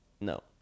No